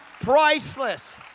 priceless